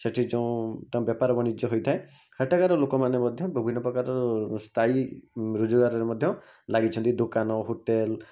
ସେଠି ଯେଉଁ ତାଙ୍କ ବେପାର ବାଣିଜ୍ୟ ହୋଇଥାଏ ସେଠାକାର ଲୋକମାନେ ମଧ୍ୟ ବିଭିନ୍ନ ପ୍ରକାର ସ୍ଥାୟୀ ରୋଜଗାରରେ ମଧ୍ୟ ଲାଗିଛନ୍ତି ଦୋକାନ ହୋଟେଲ୍